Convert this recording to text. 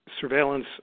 surveillance